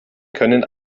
können